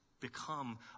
become